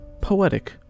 poetic